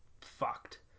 fucked